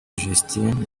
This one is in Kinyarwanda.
justine